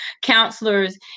counselors